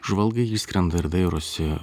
žvalgai išskrenda ir dairosi